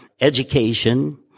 education